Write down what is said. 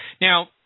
Now